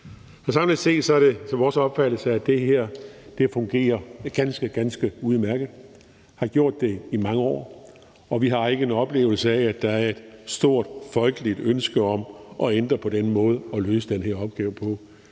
fungerer det her efter vores opfattelse ganske, ganske udmærket og har gjort det mange år, og vi har ikke en oplevelse af, at der er et stort folkeligt ønske om at ændre på den måde at løse den her opgave på.